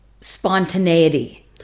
spontaneity